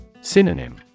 Synonym